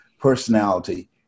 personality